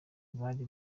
bari